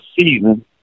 season